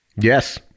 Yes